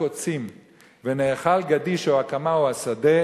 קֹצים ונאכל גדיש או הקמה או השדה